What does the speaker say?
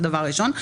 זה הדבר הראשון.